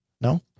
No